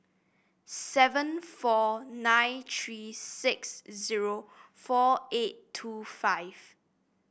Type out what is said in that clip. seven four nine three six zero four eight two five